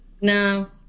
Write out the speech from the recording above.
No